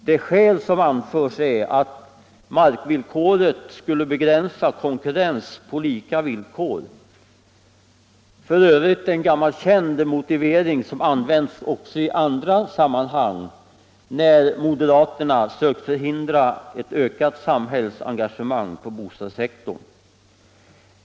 Det skäl som anförs är att markvillkoret skulle begränsa konkurrens på lika villkor, för övrigt en gammal känd motivering som använts också i andra sammanhang när moderaterna sökt förhindra ett ökat samhällsengagemang på bostadssektorn.